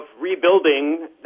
rebuilding